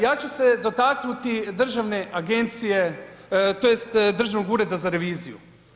Ja ću se dotaknuti državne agencije, tj. Državnog ureda za reviziju.